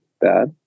bad